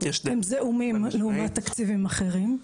הם זעומים לעומת תקציבים אחרים.